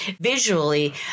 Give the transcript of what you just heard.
visually